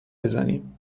بزنیم